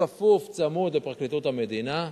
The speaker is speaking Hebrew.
בכפוף, צמוד לפרקליטות המדינה,